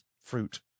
fruit